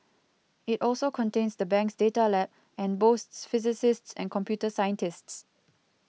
it also contains the bank's data lab and boasts physicists and computer scientists